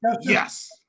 Yes